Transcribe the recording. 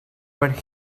but